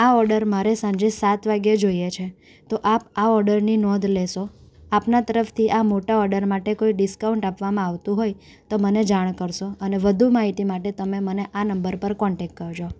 આ ઓર્ડર મારે સાંજે સાત વાગ્યે જોઈએ છે તો આપ આ ઓર્ડરની નોંધ લેશો આપણા તરફથી આ મોટા ઓર્ડર માટે કોઈ ડીસ્કાઉન્ટ આપવામાં આવતું હોય તો મને જાણ કરશો અને વધુ માહિતી માટે તમે મને આ નંબર પર કોન્ટેક્ટ કરજો